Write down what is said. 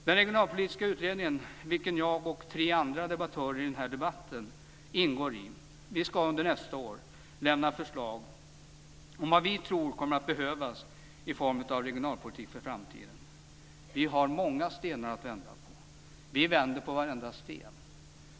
Den regionalpolitiska utredningen, vilken jag och tre andra debattörer i denna debatt ingår i, ska under nästa år lämna förslag om vad vi tror kommer att behövas i form av regionalpolitik för framtiden. Vi har många stenar att vända på. Vi vänder på varenda sten.